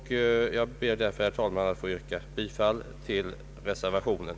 Jag ber, herr talman, att få yrka bifall till reservationen.